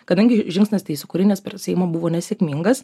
kadangi žingsnis tai į sukūrinės prie seimo buvo nesėkmingas